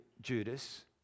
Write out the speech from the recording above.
Judas